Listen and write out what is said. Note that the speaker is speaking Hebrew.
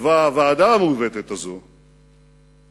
שכתבה הוועדה המעוותת הזאת,